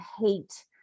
hate